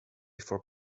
for